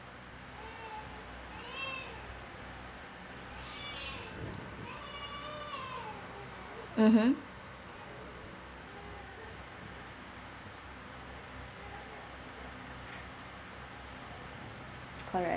mmhmm correct